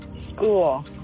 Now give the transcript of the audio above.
school